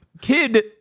Kid